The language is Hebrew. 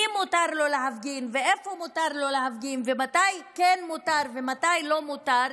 מי מותר לו להפגין ואיפה מותר לו להפגין ומתי כן מותר ומתי לא מותר,